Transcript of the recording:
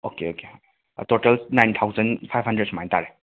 okay okay total nine thousand five hundred ꯁꯨꯃꯥꯏꯅ ꯇꯥꯔꯦ